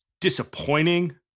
disappointing